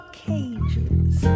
cages